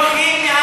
אתם בורחים מהאמת.